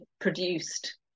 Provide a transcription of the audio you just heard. produced